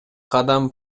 кадам